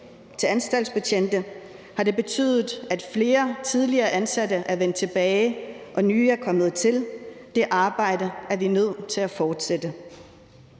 til anstaltsbetjente har betydet, at flere tidligere ansatte er vendt tilbage og nye er kommet til. Det arbejde er vi nødt til at fortsætte